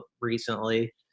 recently